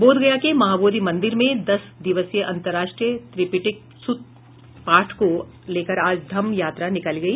बोधगया के महाबोधि मंदिर में दस दिवसीय अंतरर्राष्ट्रीय त्रिपिटक सुत्त पाठ को लेकर आज धम्म यात्रा निकाली गई